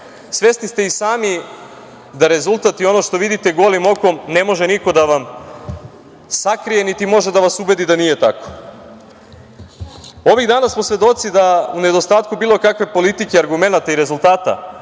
svesni ste i sami da rezultat i ono što vidite golim okom ne može niko da vam sakrije, niti može da vas ubedi da nije tako. Ovih dana smo svedoci da u nedostatku bilo kakve politike argumenata i rezultata